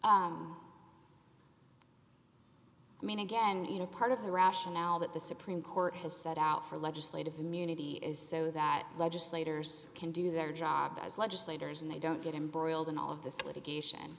clause i mean again you know part of the rationale that the supreme court has set out for legislative immunity is so that legislators can do their job as legislators and they don't get embroiled in all of this litigation